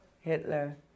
Hitler